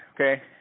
okay